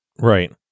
Right